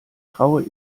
traue